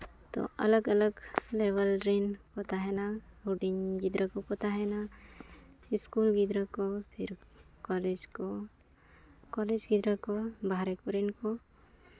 ᱛᱳ ᱟᱞᱟᱜᱽ ᱟᱞᱟᱜᱽ ᱞᱮᱵᱮᱞ ᱨᱮᱱ ᱠᱚ ᱛᱟᱦᱮᱱᱟ ᱦᱩᱰᱤᱧ ᱜᱤᱫᱽᱨᱟᱹ ᱠᱚᱠᱚ ᱛᱟᱦᱮᱱᱟ ᱥᱠᱩᱞ ᱜᱤᱫᱽᱨᱟᱹ ᱠᱚ ᱯᱷᱤᱨ ᱠᱚᱞᱮᱡᱽ ᱠᱚ ᱠᱚᱞᱮᱡᱽ ᱜᱤᱫᱽᱨᱟᱹ ᱠᱚ ᱵᱟᱦᱨᱮ ᱠᱚᱨᱮᱱ ᱠᱚ